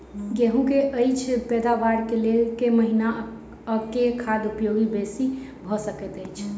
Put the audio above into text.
गेंहूँ की अछि पैदावार केँ लेल केँ महीना आ केँ खाद उपयोगी बेसी भऽ सकैत अछि?